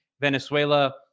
Venezuela